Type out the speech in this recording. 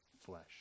flesh